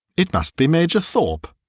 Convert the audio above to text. it must be major thorp,